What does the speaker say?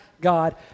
God